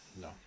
No